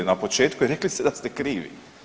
Na početku i rekli ste da ste krivi.